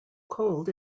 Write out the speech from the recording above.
cold